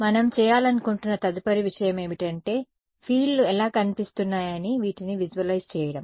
మనం చేయాలనుకుంటున్న తదుపరి విషయం ఏమిటంటే ఫీల్డ్లు ఎలా కనిపిస్తున్నాయని వీటిని విజువలైజ్ చేయడం